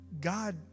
God